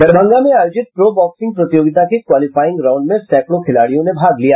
दरभंगा में आयोजित pro boxing प्रतियोगिता के क्वाईलिफाइंग राउंड में सैकड़ों खिलाड़ियों ने भाग लिया